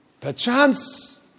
Perchance